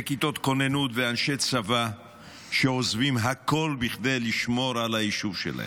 וכיתות כוננות ואנשי צבא שעוזבים הכול כדי לשמור על היישוב שלהם.